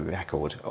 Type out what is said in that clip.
record